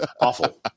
Awful